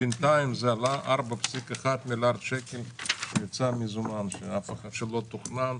בינתיים זה עלה 4.1 מיליארד שקל שיצא במזומן שלא תוכנן